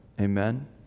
amen